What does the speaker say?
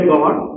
God